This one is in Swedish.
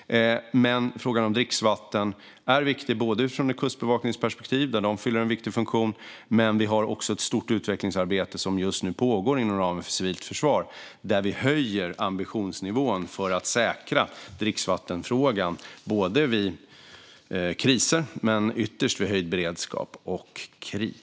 Frågan om dricksvatten är viktig från ett kustbevakningsperspektiv; de fyller en viktig funktion. Vi har också ett stort utvecklingsarbete som just nu pågår inom ramen för det civila försvaret, där vi höjer ambitionsnivån för att säkra dricksvattenfrågan vid kriser och ytterst vid höjd beredskap och krig.